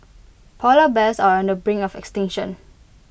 Polar Bears are on the brink of extinction